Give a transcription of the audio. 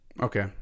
Okay